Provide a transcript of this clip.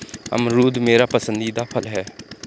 अमरूद मेरा पसंदीदा फल है